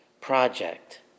Project